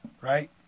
right